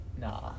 Nah